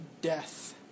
death